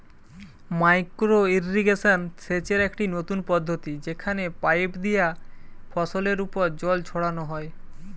micro irrigation সেচের একটি নতুন পদ্ধতি যেখানে পাইপ দিয়া ফসলের ওপর জল ছড়ানো হয়